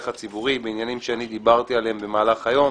הציבורי בעניינים שדיברתי עליהם במהלך היום.